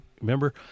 Remember